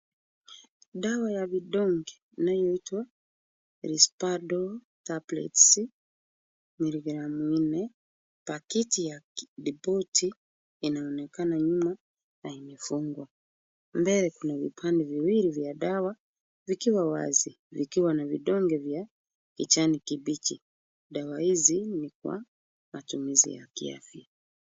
Dawa ya vidonge inayoitwa Risperdal Tablets miligramu nne. Pakiti ya ripoti inaonekana nyuma na imefungwa. Mbele kuna vipande viwili vya dawa vikiwa wazi. Vikiwa na vidonge vya kijani kibichi. Dawa hizi ni kwa matumizi ya kiafya.